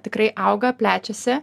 tikrai auga plečiasi